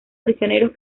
prisioneros